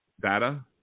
Data